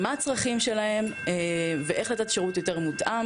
מה הצרכים שלהם ואיך לתת שירות יותר מותאם.